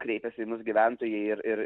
kreipiasi į mus gyventojai ir ir